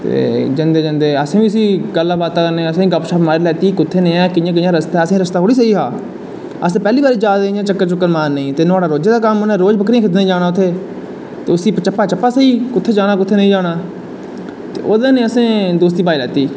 ते जंदे जंदे असैं बी गल्लां बात्तां गप्प शप्प मारी लैत्ती कुत्थें नेहै रस्तां कियां कियां रस्ता ऐ असेंगी रस्ता थोह्ड़ी स्हेई हा अस पैह्ली बारी चक्कर चुक्कर मारनें गा जा दे ते ओह्दा रोज दा कम्म उनै रोज बकरियां खिद्दनें गी जाना उत्थें ते उसी चरप्पा चप्पा स्हेई कुत्थें जाना कुत्थें नेई ते ओह्दे नै आस्तै दोस्ती पाई लैत्ती